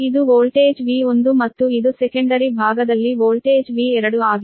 ಇದು voltage V1 ಮತ್ತು ಇದು ಸೆಕೆಂಡರಿ ಭಾಗದಲ್ಲಿ ವೋಲ್ಟೇಜ್ V2 ಆಗಿದೆ